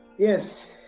Yes